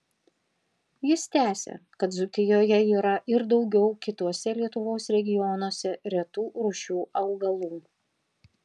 jis tęsia kad dzūkijoje yra ir daugiau kituose lietuvos regionuose retų rūšių augalų